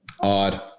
Odd